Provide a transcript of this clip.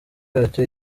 yacyo